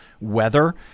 weather